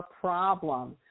problem